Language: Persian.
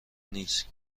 نیست